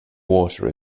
water